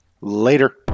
Later